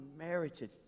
unmerited